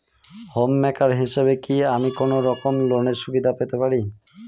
Home maker হিসেবে কি আমি কোনো রকম লোনের সুবিধা পেতে পারি?